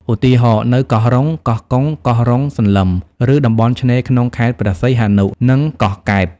ឧទាហរណ៍ នៅកោះរ៉ុង កោះកុង កោះរុងសន្លឹម ឬតំបន់ឆ្នេរក្នុងខេត្តព្រះសីហនុ និងកោះកែប។